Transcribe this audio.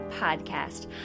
podcast